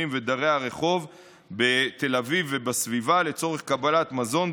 ודרי הרחוב בתל אביב ובסביבה לצורך קבלת מזון,